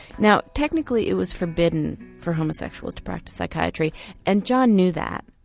now technically it was forbidden for homosexuals to practise psychiatry and john knew that.